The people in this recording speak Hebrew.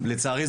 לצערי,